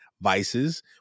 vices